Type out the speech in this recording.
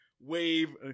wave